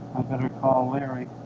better call larry